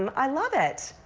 um i love it.